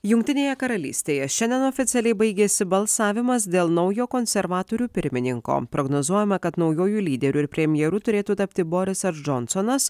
jungtinėje karalystėje šiandien oficialiai baigėsi balsavimas dėl naujo konservatorių pirmininko prognozuojama kad naujuoju lyderiu ir premjeru turėtų tapti borisas džonsonas